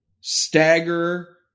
stagger